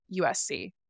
USC